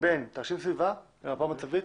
בין תרשים סביבה למפה מצבית.